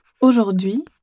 Aujourd'hui